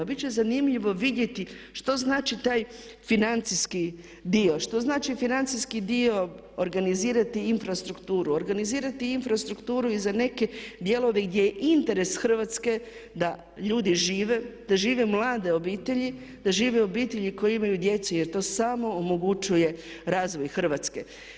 Biti će zanimljivo vidjeti što znači taj financijski dio, što znači financijski dio organizirati infrastrukturu, organizirati infrastrukturu i za neke dijelove gdje je interes Hrvatske da ljudi žive, da žive mlade obitelji, da žive obitelji koje imaju djecu jer to samo omogućuje razvoj Hrvatske.